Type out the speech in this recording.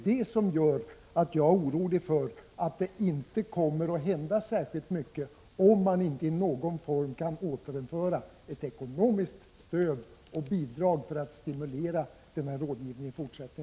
Detta gör att jag är orolig för att det inte kommer att hända särskilt mycket, om inte ekonomiskt stöd och bidrag i någon form kan återinföras för att också i fortsättningen stimulera denna rådgivning.